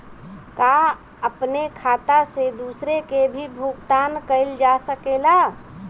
का अपने खाता से दूसरे के भी भुगतान कइल जा सके ला?